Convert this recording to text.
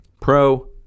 Pro